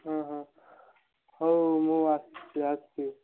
ହଁ ହଁ ହଉ ମୁଁ ଆସୁଛି ଆସୁଛି